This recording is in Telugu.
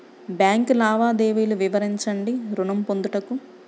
బ్యాంకు లావాదేవీలు వివరించండి ఋణము పొందుటకు?